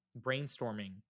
brainstorming